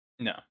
No